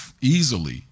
easily